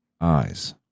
eyes